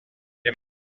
les